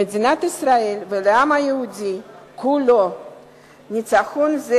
למדינת ישראל ולעם היהודי כולו ניצחון זה